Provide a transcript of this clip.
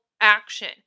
action